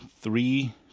three